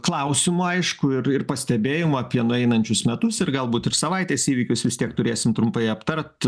klausimų aišku ir ir pastebėjimų apie nueinančius metus ir galbūt ir savaitės įvykius vis tiek turėsim trumpai aptart